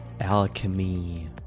alchemy